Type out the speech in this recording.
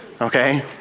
Okay